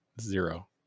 Zero